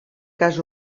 cas